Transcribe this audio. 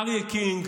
אריה קינג,